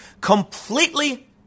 Completely